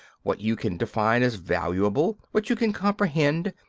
what you can define as valuable, what you can comprehend,